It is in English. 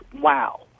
wow